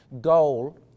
Goal